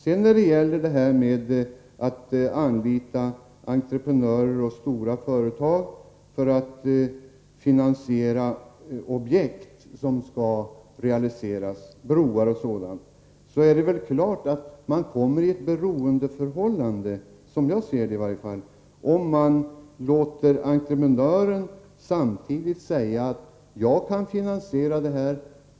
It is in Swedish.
Om detta med att anlita entreprenörer och stora företag för att finansiera objekt som skall realiseras — t.ex. broar — vill jag säga att man härigenom kommer i klart beroendeförhållande, som jag ser det, i varje fall om man låter entreprenören finansiera detta.